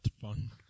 fun